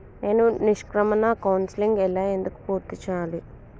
నేను నిష్క్రమణ కౌన్సెలింగ్ ఎలా ఎందుకు పూర్తి చేయాలి?